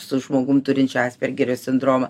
su žmogum turinčiu aspergerio sindromą